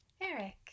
Eric